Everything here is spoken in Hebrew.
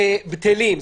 בטלים.